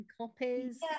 copies